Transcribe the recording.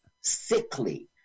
sickly